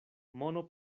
mono